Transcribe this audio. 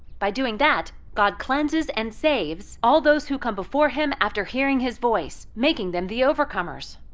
by doing that, god cleanses and saves all those who come before him after hearing his voice, making them the overcomers.